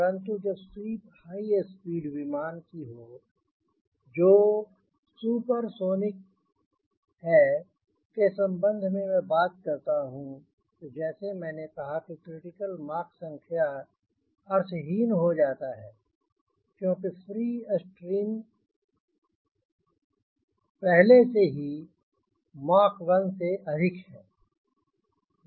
परंतु जब sweep high speed विमान की हो जो सुपर सोनिक है के संबंध में बात करता हूँ तो जैसे मैंने कहा क्रिटिकल मॉक संख्या अर्थहीन हो जाता है क्योंकि फ्रीस्ट्रीम पहले से ही मॉक 1 से अधिक है